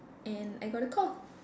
and I got a call